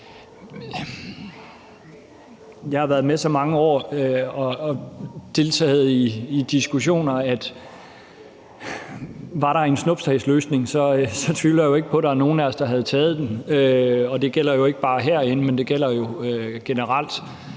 Jeg har været med i så mange år og deltaget i så mange diskussioner, at var der en snuptagsløsning, tvivler jeg ikke på, at nogle af os havde taget den, og det gælder jo ikke bare herinde, men det gælder generelt.